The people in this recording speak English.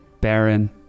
baron